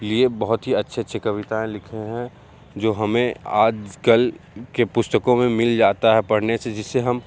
लिए बहुत ही अच्छे अच्छे कविताएं लिखे हैं जो हमें आज कल के पुस्तकों में मिल जाता है पढ़ने से जिससे हम